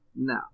No